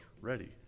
ready